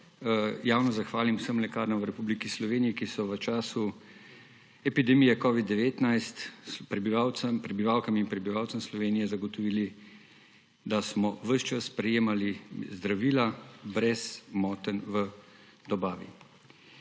javno zahvalim vsem lekarnam v Republiki Sloveniji, ki so v času epidemije covida-19 prebivalkam in prebivalcem Slovenije zagotovile, da smo več čas prejemali zdravila brez motenj v dobavi.